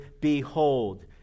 behold